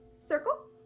circle